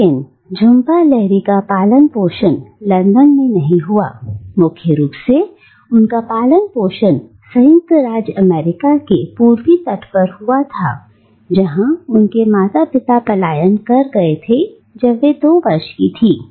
लेकिन झूंपा लाहिरी का पालन पोषण लंदन में नहीं हुआ था मुख्य रूप से उनका पालन पोषण संयुक्त राज्य अमेरिका के पूर्वी तट पर हुआ था जहां उनके माता पिता पलायन कर गए थे जब वे 2 वर्ष की थी